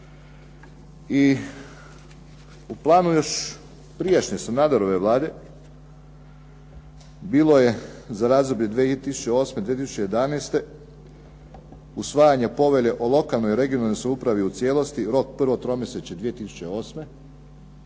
I u planu još prijašnje Sanaderove Vlade bilo je za razdoblje 2008.-2011. usvajanje povelje o lokalnoj i regionalnoj samoupravi u cijelosti, rok prvo tromjesečje 2008.,